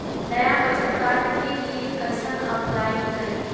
नया बचत कार्ड के लिए कइसे अपलाई करी?